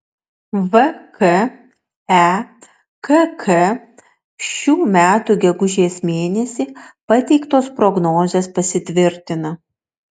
vkekk šių metų gegužės mėnesį pateiktos prognozės pasitvirtina